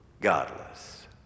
godless